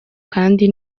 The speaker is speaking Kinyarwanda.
kandi